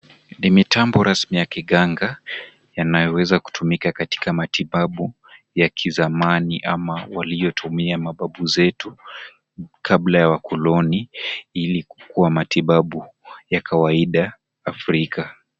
Ni mitambo rasmi ya kiganga yanayoweza kutumika katika matibabu ya kizamani ama waliotumia mababu zetu kabla ya wakoloni ili kukuwa matibabu ya kawaida Afrika.